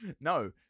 No